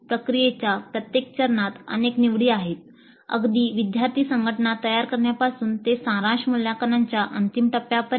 प्रक्रियेच्या प्रत्येक चरणात अनेक निवडी आहेत अगदी विद्यार्थी संघटना तयार करण्यापासून ते सारांश मूल्यांकनाच्या अंतिम टप्प्यापर्यंत